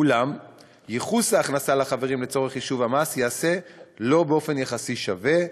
אולם ייחוס ההכנסה לחברים לצורך חישוב המס ייעשה לא באופן יחסי שווה,